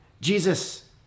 Jesus